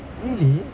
really